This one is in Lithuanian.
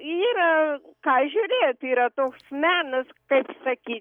yra ką žiūrėt yra toks menas kaip sakyt